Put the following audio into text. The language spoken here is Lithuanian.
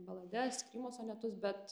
balades krymo sonetus bet